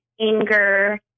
anger